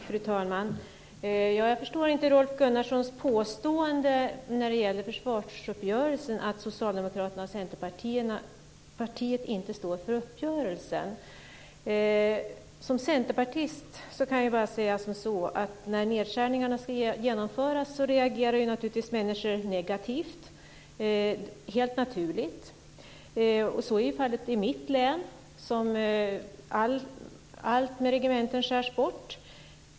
Fru talman! Jag förstår inte Rolf Gunnarssons påstående om försvarsuppgörelsen att Socialdemokraterna och Centerpartiet inte står för uppgörelsen. Som centerpartist kan jag säga att när nedskärningarna ska genomföras reagerar naturligtvis människor negativt. Det är helt naturligt. Så är fallet i mitt hemlän, där allt med regementen skärs bort.